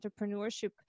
entrepreneurship